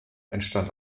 entstand